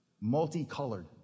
Multicolored